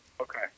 Okay